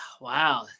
Wow